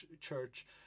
church